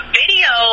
video